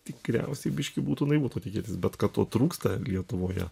tikriausiai biškį būtų naivu tikėtis bet kad to trūksta lietuvoje